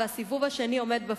והסיבוב השני עומד בפתח,